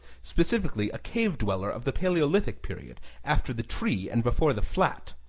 specifically, a cave-dweller of the paleolithic period, after the tree and before the flat.